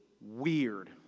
Weird